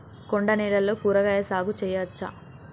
కొండ నేలల్లో కూరగాయల సాగు చేయచ్చా?